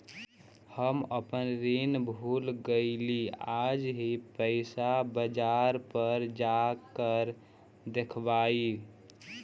हम अपन ऋण भूल गईली आज ही पैसा बाजार पर जाकर देखवई